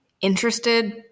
interested